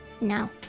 No